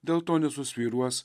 dėl to nesusvyruos